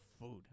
food